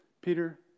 Peter